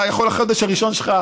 אתה יכול בחודש הראשון שלך,